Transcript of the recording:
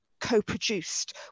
co-produced